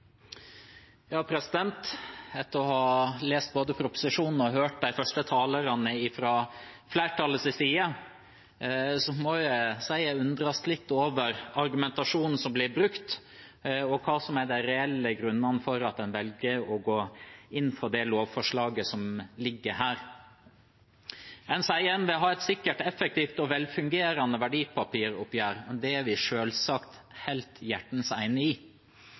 Etter både å ha lest proposisjonen og hørt de første talerne fra flertallets side må jeg si at jeg undres litt over argumentasjonen som blir brukt, og hva som er de reelle grunnene for at en velger å gå inn for det lovforslaget som ligger her. En sier en vil ha et sikkert, effektivt og velfungerende verdipapiroppgjør. Det er vi selvsagt hjertens enig i.